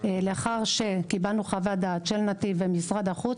לאחר שקיבלנו חוות דעת של נתיב ומשרד החוץ